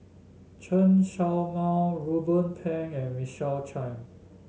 Chen Show Mao Ruben Pang and Michael Chiang